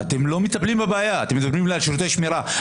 אתם לא מטפלים בבעיה, אתם מדברים על שירותי שמירה.